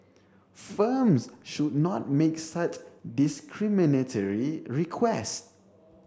firms should not make such discriminatory request